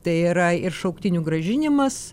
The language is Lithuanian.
tai yra ir šauktinių grąžinimas